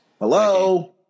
Hello